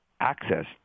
access